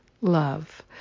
love